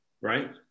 right